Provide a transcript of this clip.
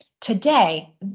Today